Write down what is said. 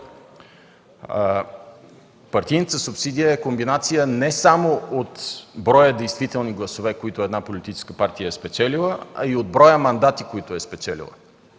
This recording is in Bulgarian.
Партийната субсидия е комбинация не само от броя действителни гласове, които една политическа партия е спечелила, а и от броя мандати, които е спечелила.